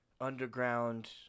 underground